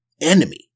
enemy